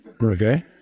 Okay